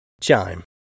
Chime